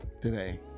today